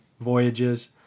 voyages